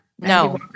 no